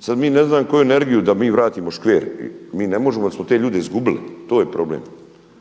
Sad mi ne znam koju energiju da mi vratimo škver, mi ne možemo jer smo te ljude izgubili to je problem.